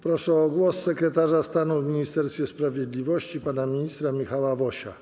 Proszę o zabranie głosu sekretarza stanu w Ministerstwie Sprawiedliwości pana ministra Michała Wosia.